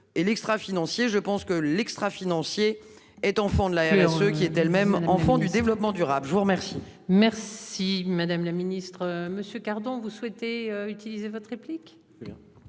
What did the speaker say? et l'extra-financier. Je pense que l'extra-financier est enfant de l'ARS. Ce qui est d'elles-mêmes en font du développement durable. Je vous remercie. Merci, madame la Ministre. Monsieur vous souhaitez utiliser votre réplique.